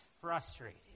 frustrated